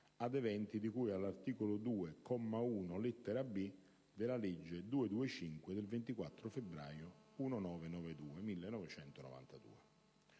ad eventi di cui all’articolo 2, comma 1, lettera b) della legge n. 225 del 24 febbraio 1992.